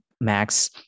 Max